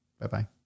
Bye-bye